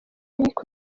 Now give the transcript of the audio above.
eric